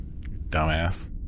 Dumbass